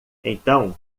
então